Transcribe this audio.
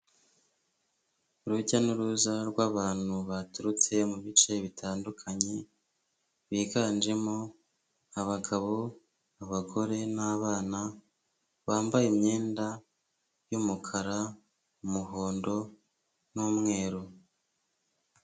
Urujya n'uruza rw'abantu baturutse mu bice bitandukanye, biganjemo abagabo, abagore n'abana, bambaye imyenda y'umukara, umuhondo n'umweru.